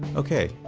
okay,